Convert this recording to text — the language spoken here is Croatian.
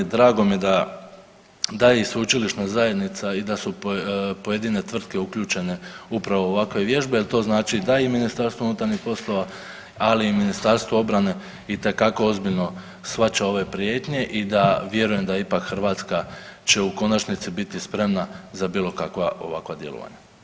Drago mi je da i sveučilišna zajednica i da su pojedine tvrtke uključene upravo u ovakve vježbe, jer to znači da i Ministarstvo unutarnjih poslova ali i Ministarstvo obrane itekako ozbiljno shvaća ove prijetnje i da vjerujem da ipak Hrvatska će u konačnici biti spremna za bilo kakva ovakva djelovanja.